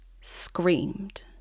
screamed